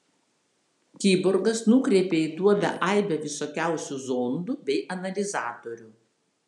kiborgas nukreipė į duobę aibę visokiausių zondų bei analizatorių